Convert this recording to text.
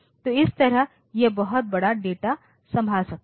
तो इस तरह यह बहुत बड़ा डेटा संभाल सकता है